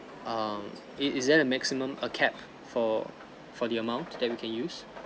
um is is there a maximum a cap for for the amount that we can use